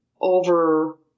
over